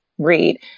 read